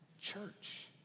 church